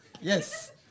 yes